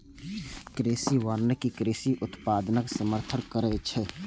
कृषि वानिकी कृषि उत्पादनक समर्थन करै छै